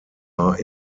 are